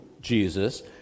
Jesus